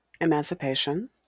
emancipation